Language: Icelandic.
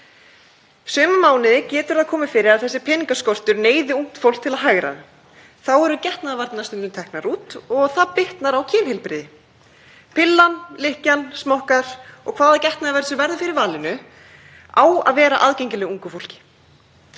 Suma mánuði getur komið fyrir að peningaskortur neyði ungt fólk til að hagræða. Þá eru getnaðarvarnirnar stundum teknar út og það bitnar á kynheilbrigði. Pillan, lykkjan, smokkar og hvaða getnaðarvörn sem verður fyrir valinu á að vera aðgengileg ungu fólki.